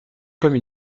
comme